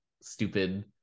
stupid